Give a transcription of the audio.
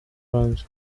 hanze